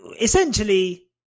essentially